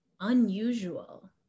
Unusual